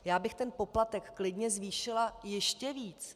Já bych ten poplatek klidně zvýšila ještě víc.